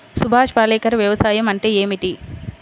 సుభాష్ పాలేకర్ వ్యవసాయం అంటే ఏమిటీ?